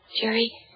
Jerry